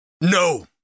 No